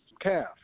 calf